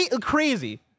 Crazy